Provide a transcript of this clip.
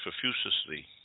profusely